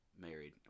Married